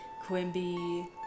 Quimby